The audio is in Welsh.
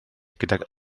gydag